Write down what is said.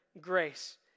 grace